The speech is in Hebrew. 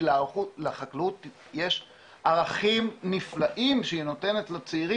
כי לחקלאות יש ערכים נפלאים שהיא נותנת לצעירים,